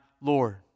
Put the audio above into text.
Lord